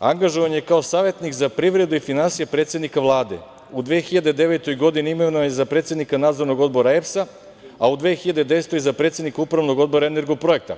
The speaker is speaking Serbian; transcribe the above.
angažovan je kao savetnik za privredu i finansije predsednika Vlade, u 2009. godini imenovan je za predsednika Nadzornog odbora EPS-a, a u 2010. godini za predsednika Upravnog odbora „Energoprojekta“